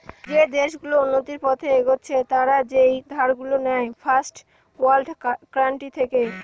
যে দেশ গুলো উন্নতির পথে এগচ্ছে তারা যেই ধার গুলো নেয় ফার্স্ট ওয়ার্ল্ড কান্ট্রি থেকে